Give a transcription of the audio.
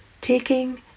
Taking